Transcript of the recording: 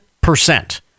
percent